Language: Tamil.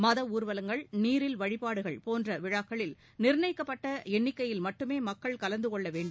மத ஊர்வலங்கள் நீரில் வழிபாடுகள் போன்ற விழாக்களில் நிர்ணயிக்கப்பட்ட எண்ணிக்கையில் மட்டுமே மக்கள் கலந்து கொள்ளவேண்டும்